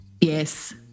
Yes